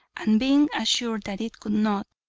and, being assured that it could not,